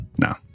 No